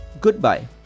goodbye